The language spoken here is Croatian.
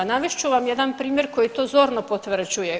Navest ću vam jedan primjer koji to zorno potvrđuje.